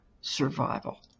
survival